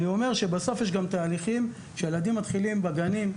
אני אומר שבסוף יש גם תהליכים שהילדים מתחילים בגנים,